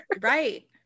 Right